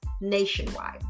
nationwide